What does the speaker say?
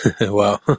Wow